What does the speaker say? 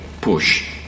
push